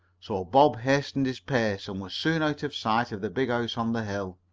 so bob hastened his pace, and was soon out of sight of the big house on the hill.